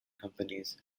companies